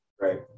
Right